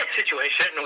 situation